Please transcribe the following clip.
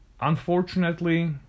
Unfortunately